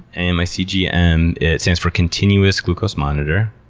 and my cgm, it stands for continuous glucose monitor.